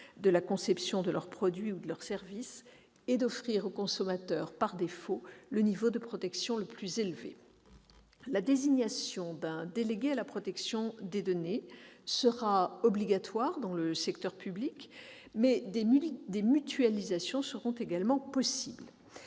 de la conception de leur produit ou de leur service et d'offrir au consommateur, par défaut, le niveau de protection le plus élevé. La désignation d'un délégué à la protection des données sera obligatoire dans le secteur public, mais des mutualisations seront possibles.